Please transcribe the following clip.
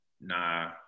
Nah